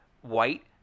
white